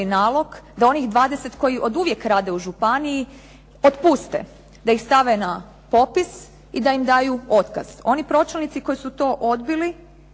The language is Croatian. nalog da onih 20 koji oduvijek rade u županiji otpuste, da ih stave na popis i da im daju otkaz. Oni pročelnici koji su to odbili